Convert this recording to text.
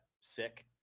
sick